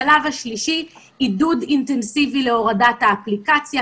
בשלב ג' עידוד אינטנסיבי להורדת האפליקציה,